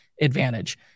advantage